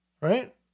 Right